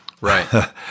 Right